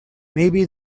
maybe